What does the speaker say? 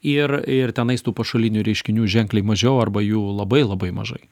ir ir tenais tų pašalinių reiškinių ženkliai mažiau arba jų labai labai mažai